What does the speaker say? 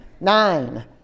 nine